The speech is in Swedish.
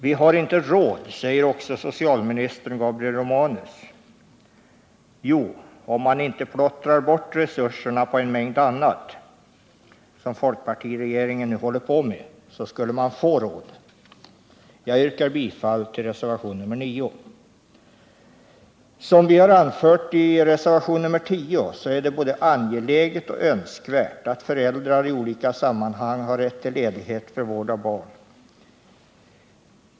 Vi har inte råd, säger också socialminister Romanus. Jo, om man inte plottrade bort resurserna på en mängd annat, vilket folkpartiregeringen nu håller på med, skulle man få råd. Jag yrkar bifall till reservation nr 9. Som vi har anfört i reservation nr 10 är det både angeläget och önskvärt att föräldrar i olika sammanhang har rätt till ledighet för vård av barn.